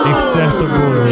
Accessible